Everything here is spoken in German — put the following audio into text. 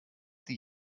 die